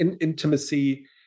intimacy